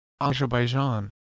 Azerbaijan